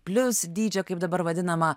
plius dydžio kaip dabar vadinama